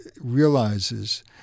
realizes